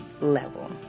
level